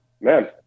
Man